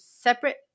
separate